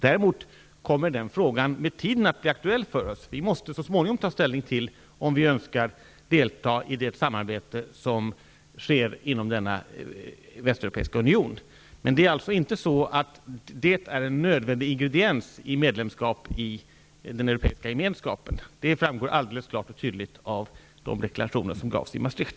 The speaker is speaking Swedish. Däremot kommer den frågan med tiden att bli aktuell för oss -- vi måste så småningom ta ställning till om vi önskar delta i det samarbete som sker inom denna västeuropeiska union, men det är alltså inte så att det är en nödvändig ingrediens i medlemskap i den europeiska gemenskapen -- det framgår alldeles klart och tydligt av de deklarationer som gjordes i Maastricht.